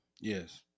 yes